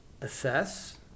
assess